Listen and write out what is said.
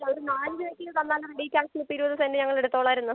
ഒര് നാല് രൂപക്ക് തന്നാലത് ഡീൽ ഇപ്പം ഇരുപത് സെൻറ്റ് ഞങ്ങളെടുത്തോളാമായിരുന്നു